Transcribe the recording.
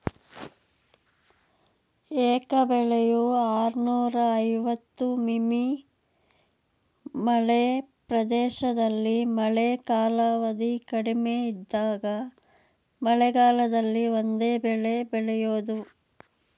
ಏಕ ಬೆಳೆಯು ಆರ್ನೂರ ಐವತ್ತು ಮಿ.ಮೀ ಮಳೆ ಪ್ರದೇಶದಲ್ಲಿ ಮಳೆ ಕಾಲಾವಧಿ ಕಡಿಮೆ ಇದ್ದಾಗ ಮಳೆಗಾಲದಲ್ಲಿ ಒಂದೇ ಬೆಳೆ ಬೆಳೆಯೋದು